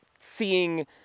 seeing